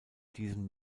diesem